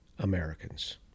Americans